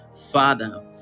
father